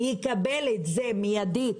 יקבל את זה מידית.